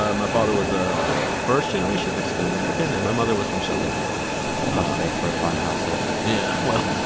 ah my father was a first-generation mexican american, and my mother was from southern ireland that must have made for a fun household yeah, well,